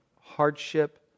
hardship